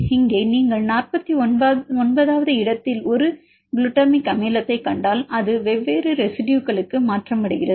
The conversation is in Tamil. இங்கே நீங்கள் 49 வது இடத்தில் ஒரு குளுட்டமிக் அமிலத்தைக் கண்டால் அது வெவ்வேறு ரெசிடுயுகளுக்கு மாற்றமடைகிறது